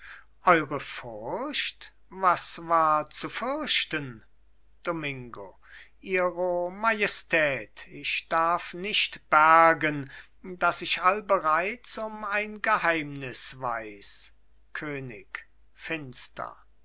eure furcht was war zu fürchten domingo ihre majestät ich darf nicht bergen daß ich allbereits um ein geheimnis weiß könig finster